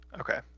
Okay